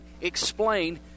explain